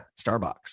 Starbucks